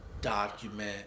document